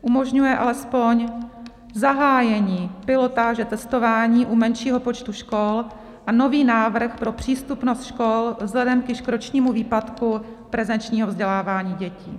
Umožňuje alespoň zahájení pilotáže testování u menšího počtu škol a nový návrh pro přístupnost škol vzhledem k již ročnímu výpadku prezenčního vzdělávání dětí.